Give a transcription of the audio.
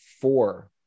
four